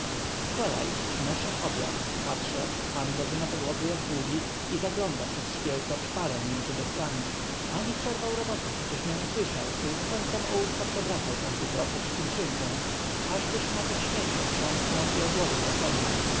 przy biórku wczoraj przynoszę obiad patrzę pan leży na podłodze jak długi i zagląda przez szkiełko w szparę między deskami ani przerwał roboty choć mię usłyszał tylko końcem ołówka przewracał każdy proszek i kruszynkę każdy szmatek śmieci otrząsnął i odłożył osobno